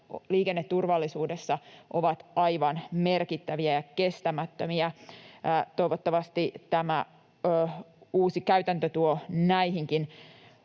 liikenneturvallisuudessa ovat aivan merkittäviä ja kestämättömiä. Toivottavasti tämä uusi käytäntö tuo näihinkin